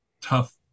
tough